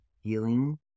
healing